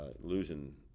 losing